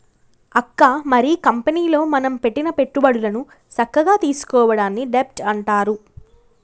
అక్క మరి కంపెనీలో మనం పెట్టిన పెట్టుబడులను సక్కగా తీసుకోవడాన్ని డెబ్ట్ అంటారు